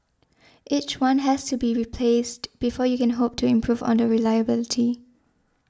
each one has to be replaced before you can hope to improve on the reliability